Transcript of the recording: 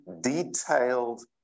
detailed